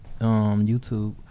YouTube